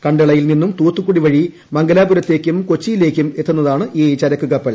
ക ളയിൽ നിന്നും തൂത്തുക്കുടി വഴി മംഗലാപുരത്തേയ്ക്കും കൊച്ചിയിലേക്കും എത്തുന്നതാണ് ഈ ചരക്ക് കപ്പൽ